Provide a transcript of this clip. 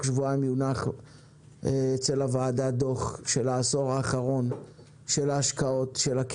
שבועיים יונח בוועדה דוח על העשור האחרון,